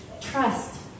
trust